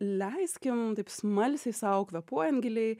leiskim taip smalsiai sau kvėpuojant giliai